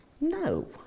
No